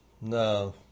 No